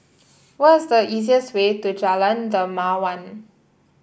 what is the easiest way to Jalan Dermawan